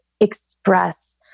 express